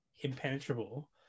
impenetrable